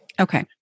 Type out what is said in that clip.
Okay